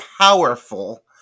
powerful